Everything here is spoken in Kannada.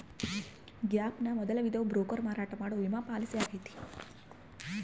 ಗ್ಯಾಪ್ ನ ಮೊದಲ ವಿಧವು ಬ್ರೋಕರ್ ಮಾರಾಟ ಮಾಡುವ ವಿಮಾ ಪಾಲಿಸಿಯಾಗೈತೆ